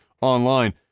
online